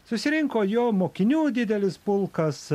susirinko jo mokinių didelis pulkas